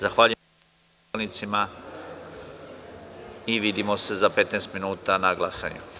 Zahvaljujem poslanicima i vidimo se za 15 minuta na glasanju.